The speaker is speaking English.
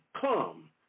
come